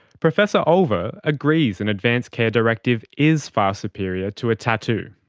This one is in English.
professor olver agrees an advance care directive is far superior to a tattoo.